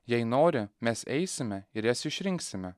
jei nori mes eisime ir jas išrinksime